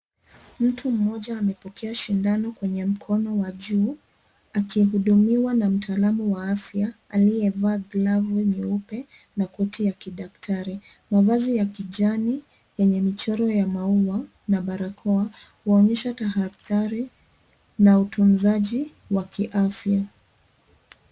Mtu Mmoja amepokea shindano kwenye mkono wa juu, akihudumiwa na mtaalamu wa afya ,aliyevaa glovu nyeupe na koti ya kidaktari. Mavazi ya kijani, yenye michoro ya maua ,na barakoa, huonyesha tahadhari na utunzaji wa kiafya.